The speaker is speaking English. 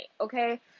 okay